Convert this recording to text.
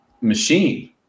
machine